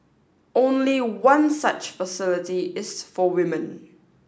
only one such facility is for women